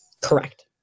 Correct